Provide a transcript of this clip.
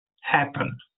happen